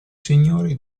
signori